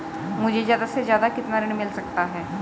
मुझे ज्यादा से ज्यादा कितना ऋण मिल सकता है?